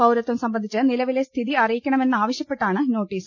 പൌരത്വം സംബന്ധിച്ച് നിലവിലെ സ്ഥിതി അറിയിക്കണമെന്ന് ആവശ്യപ്പെട്ടാണ് നോട്ടീസ്